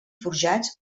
forjats